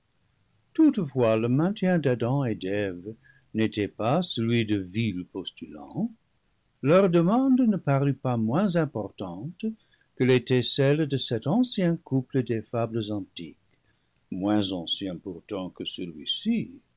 toutefois le maintien d'adam et d'eve n'était pas celui de vils postulants leur demande ne parut pas moins importante que l'était celle de cet ancien couple des fables antiques moins anciens pourtant que